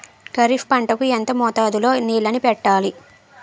ఖరిఫ్ పంట కు ఎంత మోతాదులో నీళ్ళని పెట్టాలి?